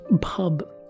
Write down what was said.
Pub